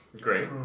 Great